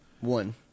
One